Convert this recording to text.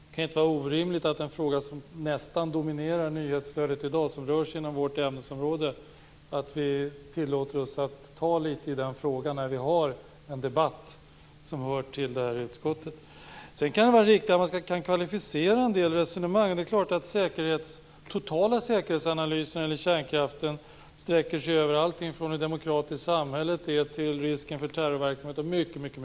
Det kan inte vara orimligt om det kommer upp en fråga som nästan dominerar nyhetsflödet i dag, och som rör sig inom vårt ämnesområde, att vi tillåter oss att ta litet i den när vi nu har en debatt som hör till det här utskottet. Sedan kan det vara riktigt att man kan kvalificera en del resonemang. Det är klart att den totala säkerhetsanalysen när det gäller kärnkraften sträcker sig över allt från hur demokratiskt samhället är till risken för terrorverksamhet och mycket annat.